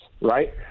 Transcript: right